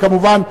וכמובן,